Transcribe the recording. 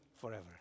forever